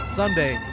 sunday